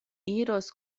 iros